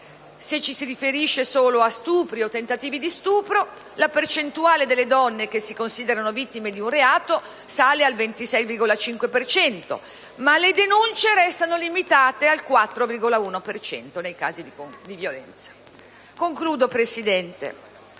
Se ci si riferisce solo a stupri o tentativi di stupro, la percentuale delle donne che si considerano vittime di un reato sale al 26,5 per cento, ma le denunce restano limitate al 4,1 per cento nei casi di violenza. Concludo, Presidente,